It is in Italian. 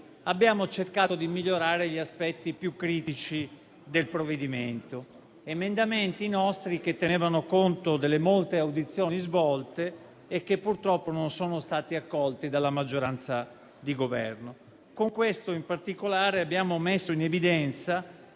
abbiamo cercato di migliorare gli aspetti più critici del provvedimento. I nostri emendamenti tenevano conto delle molte audizioni svolte, ma purtroppo non sono stati accolti dalla maggioranza di Governo. Con l'emendamento 1.3, in particolare, abbiamo messo in evidenza